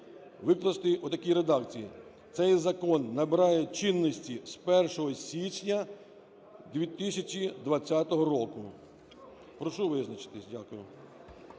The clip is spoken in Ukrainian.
викласти у такій редакції: "Цей закон набирає чинності з 1 січня 2020 року". Прошу визначитися. Дякую.